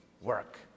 work